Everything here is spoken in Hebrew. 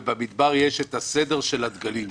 בבמדבר יש את הסדר של הדגלים,